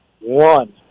one